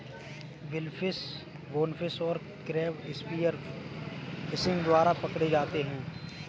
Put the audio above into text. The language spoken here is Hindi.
बिलफिश, बोनफिश और क्रैब स्पीयर फिशिंग द्वारा पकड़े जाते हैं